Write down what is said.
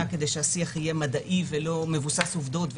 כדי שהשיח יהיה מדעי ולא מבוסס עובדות.